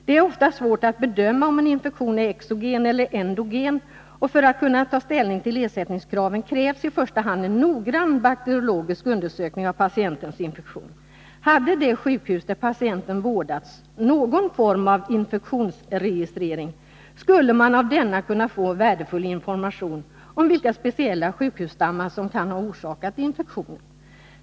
Det är ofta svårt att bedöma om en infektion är exogen eller endogen och för att kunna ta ställning till ersättningskraven krävs i första hand en noggrann bakteriologisk undersökning av patientens infektion. Hade det sjukhus där patienten vårdats någon form av infektionsregistrering skulle man av denna kunna få värdefull information om vilka speciella sjukhusstammar som kan ha orsakat infektionen.